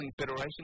Federation